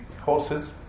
horses